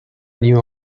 new